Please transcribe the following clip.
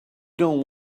dont